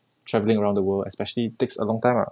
travelling around the world especially takes a long time ah